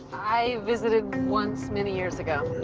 i visited once, many years ago.